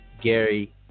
Gary